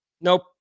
Nope